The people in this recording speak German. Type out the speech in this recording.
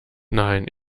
nein